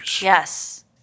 Yes